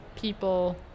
people